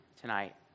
tonight